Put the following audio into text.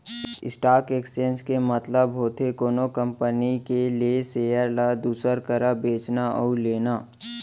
stock exchange के मतलब होथे कोनो कंपनी के लेय सेयर ल दूसर करा बेचना अउ लेना